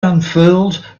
unfurled